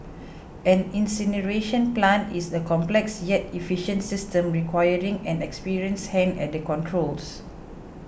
an incineration plant is a complex yet efficient system requiring an experienced hand at the controls